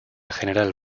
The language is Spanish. general